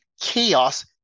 chaos